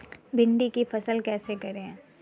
भिंडी की फसल कैसे करें?